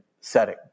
setting